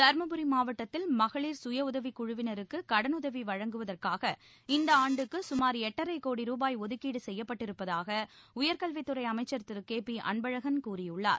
தர்மபுரி மாவட்டத்தில் மகளிர் சுயஉதவிக் குழுவினருக்கு கடனுதவி வழங்குவதற்காக இந்த ஆண்டுக்கு சுமார் எட்டரை கோடி ருபாய் ஒதுக்கீடு செய்யப்பட்டிருப்பதாக உயர்கல்வித்துறை அமைச்சர் திரு கே பி அன்பழகன் கூறியுள்ளார்